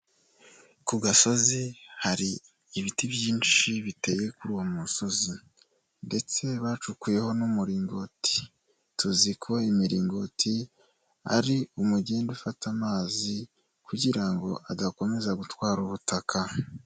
Ku gasozi hari ibiti byinshi biteye kuri uwo musozi ndetse bacukuyeho n'umuringoti, tuzi ko imiringoti ari umugende ufata amazi kugira ngo adakomeza gutwara ubutaka.